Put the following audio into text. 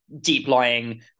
deep-lying